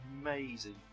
amazing